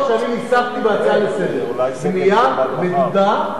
זה הניסוח שאני ניסחתי בהצעה לסדר: בנייה מדודה.